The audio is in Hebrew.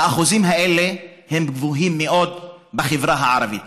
האחוזים האלה הם גבוהים מאוד בחברה הערבית.